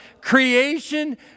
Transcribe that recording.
creation